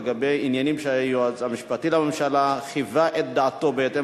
לגבי עניינים שהיועץ המשפטי לממשלה חיווה את דעתו בהתאם